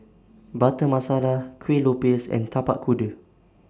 Butter Masala Kueh Lopes and Tapak Kuda